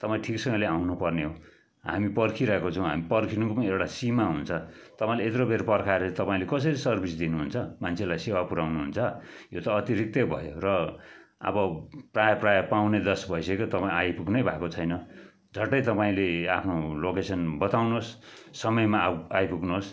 तपाईँ ठिकसँगले आउनु पर्ने हो हामी पर्खिरहेको छौँ पर्खिनुको पनि एउटा सिमा हुन्छ तपाईँले यत्रो बेर पर्खाएर तपाईँले कसरी सर्भिस दिनुहुन्छ मान्छेलाई सेवा पुऱ्याउनु हुन्छ यो त अतिरिक्तै भयो र अब प्रायः प्रायः पौने दस भइसक्यो तपाईँ आइपुग्नै भएको छैन झट्टै तपाईँले आफ्नो लोकेसन बताउनोस् समयमा आइपुग्नुहोस्